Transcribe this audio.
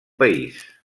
país